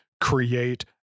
create